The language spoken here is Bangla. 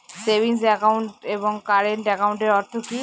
সেভিংস একাউন্ট এবং কারেন্ট একাউন্টের অর্থ কি?